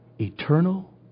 Eternal